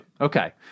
Okay